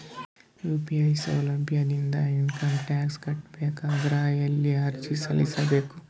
UPI ಸೌಲಭ್ಯ ಇಂದ income tax ಕಟ್ಟಬೇಕಾದರ ಎಲ್ಲಿ ಅರ್ಜಿ ಕೊಡಬೇಕು?